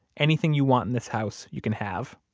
anything you want in this house you can have,